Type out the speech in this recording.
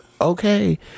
Okay